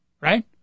right